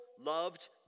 loved